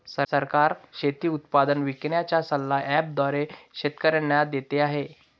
सरकार शेती उत्पादन विकण्याचा सल्ला ॲप द्वारे शेतकऱ्यांना देते आहे